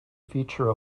feature